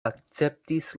akceptis